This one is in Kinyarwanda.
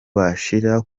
bashira